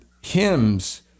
hymns